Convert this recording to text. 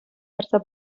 ярса